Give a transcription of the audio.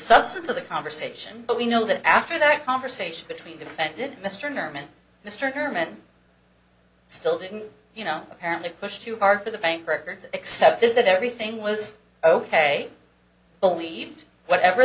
substance of the conversation but we know that after that conversation between defended mr norman mr herman still didn't you know apparently pushed too hard for the bank records except that everything was ok believed whatever